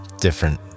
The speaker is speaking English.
different